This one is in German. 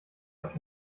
ist